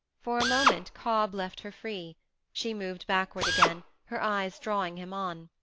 for a moment cobb left her free she moved backward again, her eyes drawing him on.